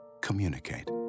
Communicate